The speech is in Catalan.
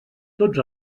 tots